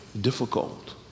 Difficult